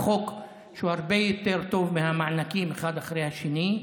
הוא חוק שהוא הרבה יותר טוב מהמענקים אחד אחרי השני.